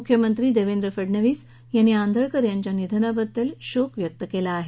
मुख्यमंत्री देवेंद्र फडणवीस यांनी त्यांच्या निधनाबद्दल शोक व्यक्त केला आहे